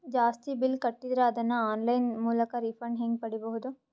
ಜಾಸ್ತಿ ಬಿಲ್ ಕಟ್ಟಿದರ ಅದನ್ನ ಆನ್ಲೈನ್ ಮೂಲಕ ರಿಫಂಡ ಹೆಂಗ್ ಪಡಿಬಹುದು?